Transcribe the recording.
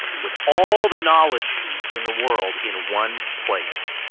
with all the knowledge in the world in one place.